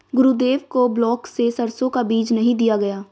गुरुदेव को ब्लॉक से सरसों का बीज नहीं दिया गया